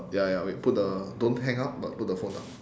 ya ya wait put the don't hang up but put the phone down